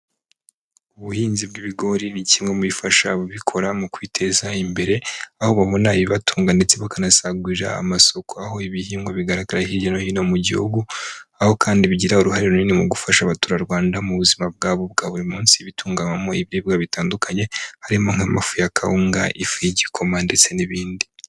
Ubuhinzi bw'ibigori ni kimwe mu bifasha ababikora mu kwiteza imbere, aho babona ibibatunga ndetse bakanasagurira amasoko, aho ibi bihingwa bigaragara hirya no hino mu gihugu, aho kandi bigira uruhare runini mu gufasha Abaturarwanda mu buzima bwabo bwa buri munsi bitunganywamo ibiribwa bitandukanye harimo nk'amafu ya kawunga, ifu y'igikoma, ndetse n'ibindi.